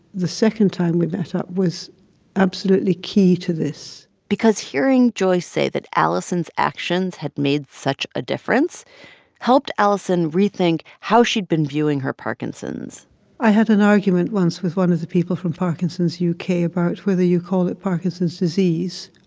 the second time we met up was absolutely key to this because hearing joy say that alison's actions had made such a difference helped alison rethink how she'd been viewing her parkinson's i had an argument once with one of the people from parkinson's u k. about whether you call it parkinson's disease,